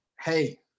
hey